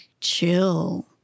chill